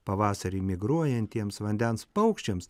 pavasarį migruojantiems vandens paukščiams